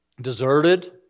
deserted